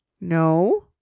No